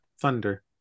Thunder